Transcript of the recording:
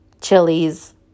chilies